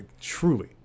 truly